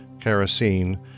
kerosene